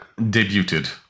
Debuted